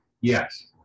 yes